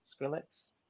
skrillex